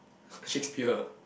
Shakespeare